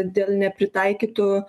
dėl nepritaikytų